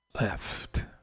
left